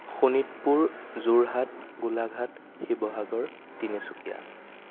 Sonitpur Jorhat Golaghat Sivasagar Tinsukia